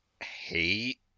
hate